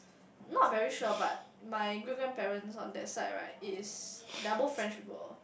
not very sure but my great grandparents on that side right is double French people